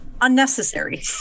unnecessary